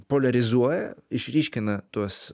poliarizuoja išryškina tuos